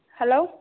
hello